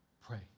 pray